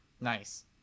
Nice